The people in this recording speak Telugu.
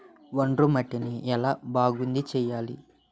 ఒండ్రు మట్టిని ఎలా బాగుంది చేయాలి?